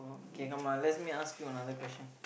okay come lah let's me ask you another question